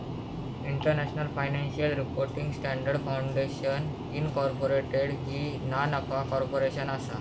international financial reporting standards foundation incorporated ही ना नफा कॉर्पोरेशन असा